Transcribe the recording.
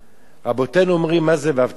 רבותינו אומרים: מה זה "ואהבת לרעך כמוך"?